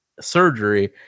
surgery